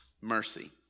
Mercy